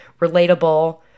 relatable